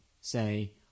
say